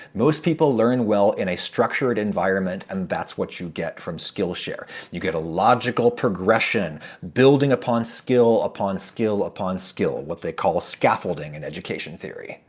most people learn well in a structured environment, and that's what you get from skillshare. you get a logical progression building upon skill upon skill upon skill what they call scaffolding in education theory.